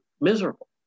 miserable